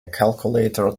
calculator